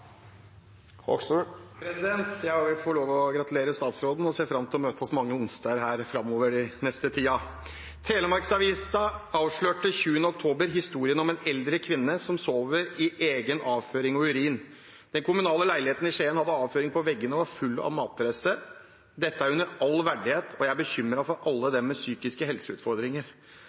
jeg ser fram til å møtes her mange onsdager framover den neste tiden. «Telemarksavisa avslørte 20. oktober historien om en eldre kvinne som sover i egen avføring og urin. Den kommunale leiligheten i Skien hadde avføring på veggene og var full av matrester. Dette er under all verdighet, og jeg er bekymret for alle dem med psykiske helseutfordringer.